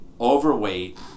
overweight